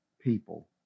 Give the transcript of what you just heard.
people